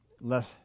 less